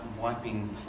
wiping